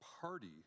party